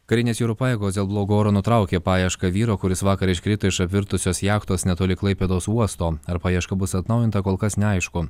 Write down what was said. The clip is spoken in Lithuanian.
karinės jūrų pajėgos dėl blogo oro nutraukė paiešką vyro kuris vakar iškrito iš apvirtusios jachtos netoli klaipėdos uosto ar paieška bus atnaujinta kol kas neaišku